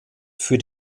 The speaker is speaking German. für